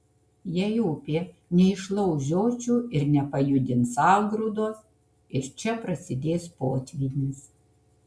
jei upė neišlauš žiočių ir nepajudins sangrūdos ir čia prasidės potvynis